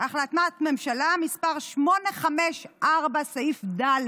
החלטת ממשלה מס' 854, סעיף ד',